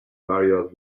barriers